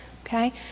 okay